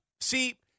see